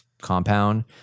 compound